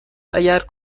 اگر